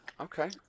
Okay